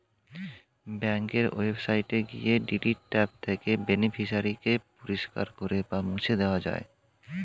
ব্যাঙ্কের ওয়েবসাইটে গিয়ে ডিলিট ট্যাব থেকে বেনিফিশিয়ারি কে পরিষ্কার করে বা মুছে দেওয়া যায়